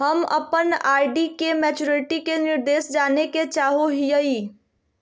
हम अप्पन आर.डी के मैचुरीटी के निर्देश जाने के चाहो हिअइ